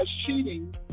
cheating